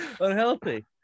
unhealthy